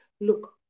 Look